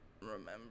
remember